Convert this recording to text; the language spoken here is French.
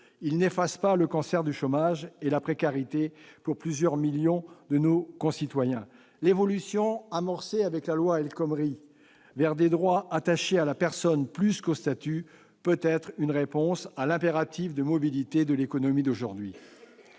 il n'efface pas le cancer du chômage et la précarité dont sont victimes plusieurs millions de nos concitoyens. L'évolution, amorcée avec la loi El Khomri, vers des droits attachés à la personne plus qu'au statut peut être une réponse à l'impératif de mobilité de l'économie aujourd'hui.